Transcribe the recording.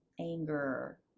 anger